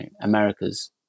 America's